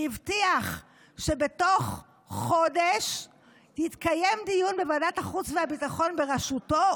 והבטיח שבתוך חודש יתקיים דיון בוועדת החוץ והביטחון בראשותו,